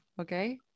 okay